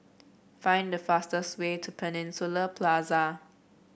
find the fastest way to Peninsula Plaza